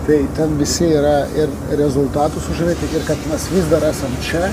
tai ten visi yra ir rezultatu sužavėti ir kad mes vis dar esam čia